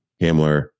Hamler